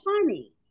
funny